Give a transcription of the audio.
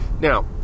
Now